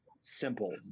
simple